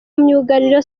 myugariro